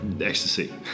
Ecstasy